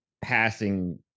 passing